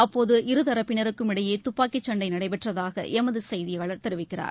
அப்போது இருதரப்பினருக்கும் இதில் தீவிரவாதி இடையே துப்பாக்கி சண்டை நடைபெற்றதாக எமது செய்தியாளர் தெரிவிக்கிறார்